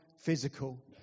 physical